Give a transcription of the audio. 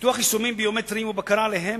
פיתוח יישומים ביומטריים ובקרה עליהם,